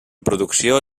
producció